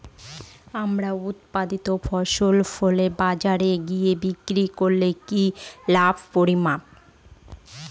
আমার উৎপাদিত ফসল ফলে বাজারে গিয়ে বিক্রি করলে কি লাভের পরিমাণ?